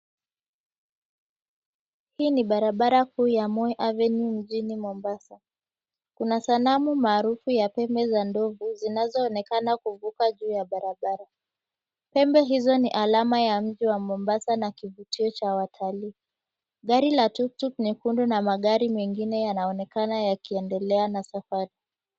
Hii ni barabara kuu ya Moi avenue mjini mombasa, kuna sanamu marufu ya pembe za ndovu zinazoonekana kuvuka juu ya barabara. Pembe hizo ni alama ya mji wa Mombasa na kivutio cha watalii. Gari la tuktuk nyekundu na magari mengine yanaonekana yakiendelea na safari.